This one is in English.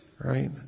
Right